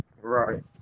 right